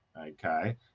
okay